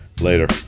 Later